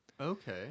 Okay